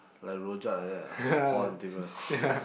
like Rojak like that lah pour on table